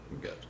good